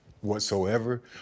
whatsoever